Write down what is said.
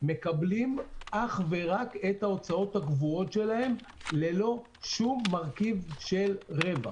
מקבלים אך ורק את ההוצאות הקבועות שלהם ללא שום מרכיב של רווח.